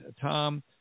tom